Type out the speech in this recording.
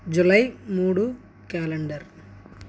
July మూడు calendar